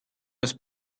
deus